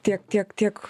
tiek tiek tiek